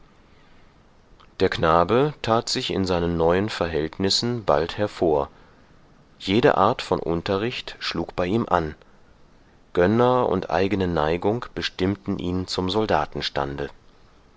der knabe tat sich in seinen neuen verhältnissen bald hervor jede art von unterricht schlug bei ihm an gönner und eigene neigung bestimmten ihn zum